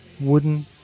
Wooden